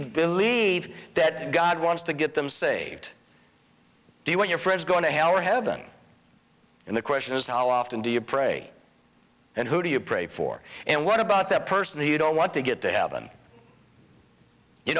believe that god wants to get them saved do you want your friends going to hell or heaven and the question is how often do you pray and who do you pray for and what about that person who don't want to get to heaven you